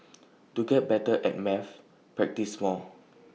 to get better at maths practise more